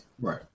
right